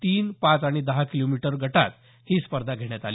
तीन पाच आणि दहा किलोमीटर गटात ही स्पर्धा घेण्यात आली